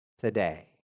today